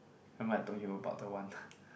remember I told you about the one